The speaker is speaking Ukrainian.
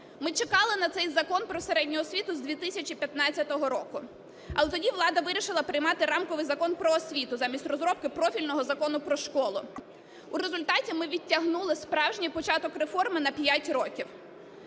Ми чекали на цей Закон про середню освіту з 2015 року, але тоді влада вирішила приймати рамковий Закон "Про освіту" замість розробки профільного закону про школу. В результаті ми відтягнули справжній початок реформи на п'ять років.